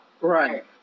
Right